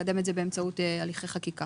לקדם את זה באמצעות הליכי חקיקה.